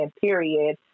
period